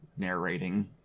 Narrating